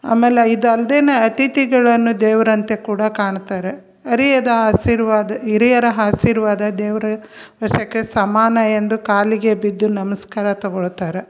ಆಮೇಲೆ ಇದು ಅಲ್ದೇ ಅಥಿತಿಗಳನ್ನು ದೇವರಂತೆ ಕೂಡ ಕಾಣ್ತಾರೆ ಅರಿಯದ ಆಶಿರ್ವಾದ ಹಿರಿಯರ ಆಶಿರ್ವಾದ ದೇವ್ರ ಸಮಾನ ಎಂದು ಕಾಲಿಗೆ ಬಿದ್ದು ನಮಸ್ಕಾರ ತಗೊಳ್ತಾರೆ